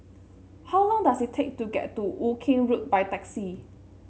how long does it take to get to Woking Road by taxi